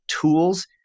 tools